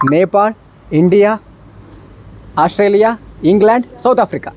Nepal India Australia England South Africa